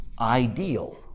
ideal